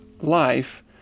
life